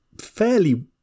fairly